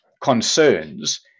concerns